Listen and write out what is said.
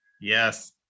Yes